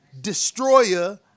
Destroyer